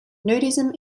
nudism